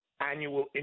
annual